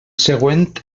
següent